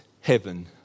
heaven